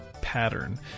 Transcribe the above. pattern